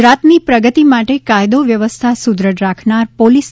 ગુજરાતની પ્રગતિ માટે કાયદો વ્યવસ્થા સુક્રઢ રાખનાર પોલિસ